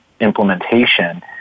implementation